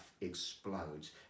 explodes